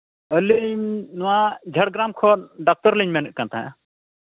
ᱟᱹᱞᱤᱧ ᱱᱚᱣᱟ ᱡᱷᱟᱲᱜᱨᱟᱢ ᱠᱷᱚᱱ ᱰᱟᱠᱛᱚᱨ ᱞᱤᱧ ᱢᱮᱱᱮᱜ ᱠᱟᱱ ᱛᱟᱦᱮᱸᱜᱼᱟ